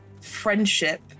friendship